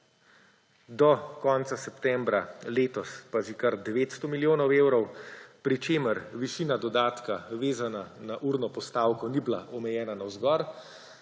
do konca septembra letos pa že kar 900 milijonov evrov, pri čemer višina dodatka, vezana na urno postavko, ni bila omejena navzgor.